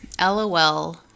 LOL